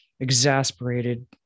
exasperated